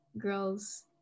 girls